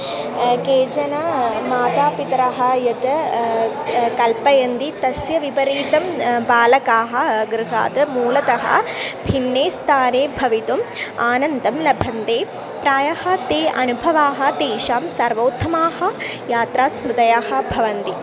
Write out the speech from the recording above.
केचन मातापितरौ यत् कल्पयन्ति तस्य विपरीतं बालकाः गृहात् मूलतः भिन्ने स्थाने भवितुम् आनन्दं लभन्ते प्रायः ते अनुभवाः तेषां सर्वोत्तमाः यात्रास्मृतयः भवन्ति